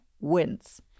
wins